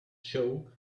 show